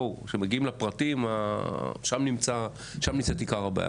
בואו, כשמגיעים לפרטים, שם נמצאת עיקר הבעיה.